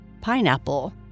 pineapple